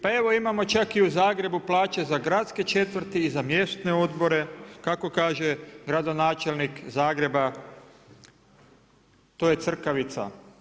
Pa evo imamo čak i u Zagrebu plaće za gradske četvrti i za mjesne odbore, kako kaže gradonačelnik Zagreba, to je crkavica.